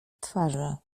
twarze